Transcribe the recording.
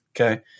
okay